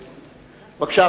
בבקשה,